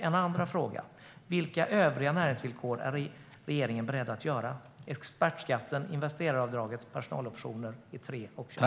Min andra fråga är: Vilka övriga näringsvillkor är regeringen beredd att införa mer än expertskatten, investeraravdraget, personaloptioner etcetera?